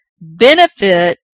Benefit